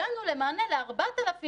הגענו למענה ל-4,000 איש,